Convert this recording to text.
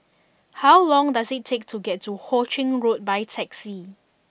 how long does it take to get to Ho Ching Road by taxi